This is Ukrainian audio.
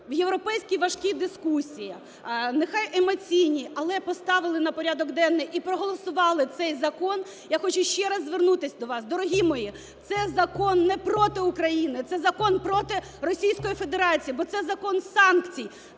в європейські важкій дискусії, нехай емоційній, але поставили на порядок денний і проголосували цей закон. Я хочу ще раз звернутись до вас, дорогі мої, це закон не проти України, це закон проти Російської Федерації, бо це закон санкцій.